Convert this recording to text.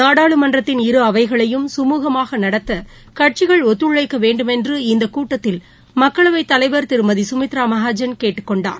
நாடாளுமன்றத்தின் இருஅவைகயைம் கமூகமாகநடத்தகட்சிகள் ஒத்துழைக்கவேண்டும் என்று இந்தகூட்டத்தில் மக்களவைத் தலைவர் திருமதிசுமித்ராமகாஜன் கேட்டுக்கொண்டார்